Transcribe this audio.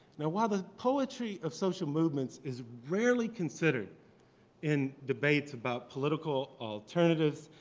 now while the poetry of social movements is rarely considered in debates about political alternatives,